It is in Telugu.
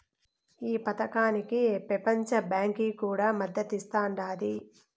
ఈ పదకానికి పెపంచ బాంకీ కూడా మద్దతిస్తాండాది